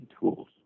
tools